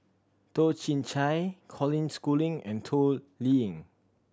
Toh Chin Chye Colin Schooling and Toh Liying